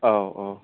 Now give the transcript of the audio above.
औ औ